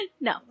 No